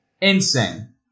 Insane